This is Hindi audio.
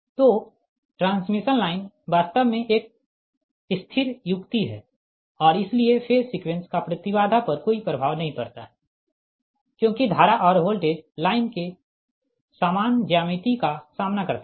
तो ट्रांसमिशन लाइन वास्तव में एक स्थिर युक्ति है और इसलिए फेज सीक्वेंस का प्रति बाधा पर कोई प्रभाव नहीं पड़ता है क्योंकि धारा और वोल्टेज लाइन के सामान ज्यामिति का सामना करते है